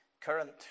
current